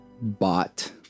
bought